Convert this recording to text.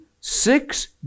six